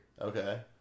Okay